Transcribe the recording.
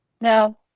No